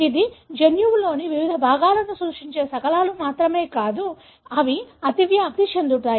ఇది జన్యువులోని వివిధ భాగాలను సూచించే శకలాలు మాత్రమే కాదు అవి అతివ్యాప్తి చెందుతాయి